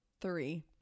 three